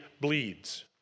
bleeds